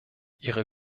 ihre